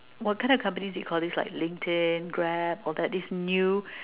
what kind of companies do you call these like LinkedIn Grab all that these new